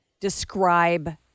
describe